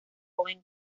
joven